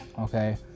okay